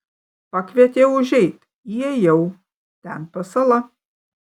pakvietė užeit įėjau ten pasala